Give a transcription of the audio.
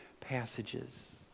passages